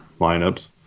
lineups